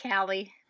Callie